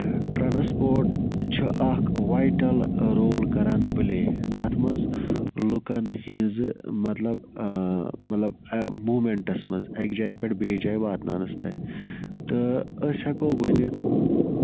transport چھُ اکھ vital role کران پٔلے کَتھ منٛز لُکَن ہٕنزِ مطلب مطلب موٗمینٹَس منٛز اَکہِ جایہِ پٮ۪ٹھ بیٚیہِ جایہِ واتناونَس تام تہٕ أسۍ ہٮ۪کَو ؤنِتھ